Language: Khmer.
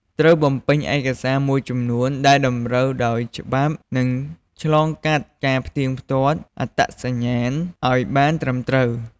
ត្រូវបំពេញឯកសារមួយចំនួនដែលតម្រូវដោយច្បាប់និងឆ្លងកាត់ការផ្ទៀងផ្ទាត់អត្តសញ្ញាណឲ្យបានត្រឹមត្រូវ។